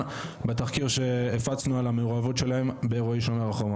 בתחקיר שהפצנו על המעורבות שלהם באירועי שומר החומות.